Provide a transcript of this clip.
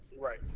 Right